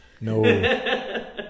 No